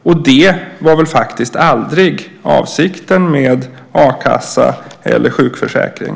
Och det var väl faktiskt aldrig avsikten med a-kassa eller sjukförsäkring?